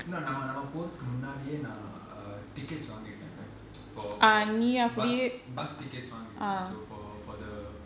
இல்லநாமநாமபோறதுக்குமுன்னாடியேநான்:illa naama naama porathukku munnadiye naan err tickets வாங்கிட்டேன்:vaankitten like for for bus bus tickets வாங்கிட்டேன்:vaankitten so for for the